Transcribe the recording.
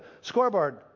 scoreboard